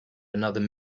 another